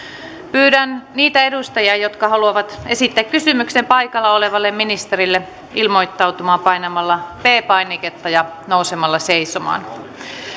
pyydän niitä edustajia jotka haluavat esittää kysymyksen paikalla olevalle ministerille ilmoittautumaan painamalla p painiketta ja nousemalla seisomaan